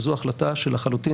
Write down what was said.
וזו החלטה שלחלוטין,